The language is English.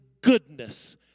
goodness